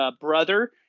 brother